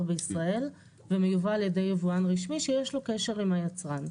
בישראל ומיובא על ידי יבואן רשמי שיש לו קשר עם היצרן.